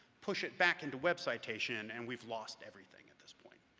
push it back into web citation, and we've lost everything at this point.